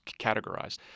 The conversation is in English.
categorized